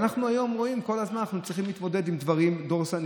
ואנחנו היום רואים שכל הזמן אנחנו צריכים להתמודד עם דברים דורסניים.